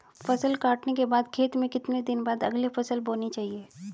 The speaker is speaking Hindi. फसल काटने के बाद खेत में कितने दिन बाद अगली फसल बोनी चाहिये?